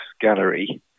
gallery